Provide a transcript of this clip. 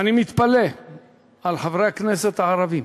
ואני מתפלא על חברי הכנסת הערבים,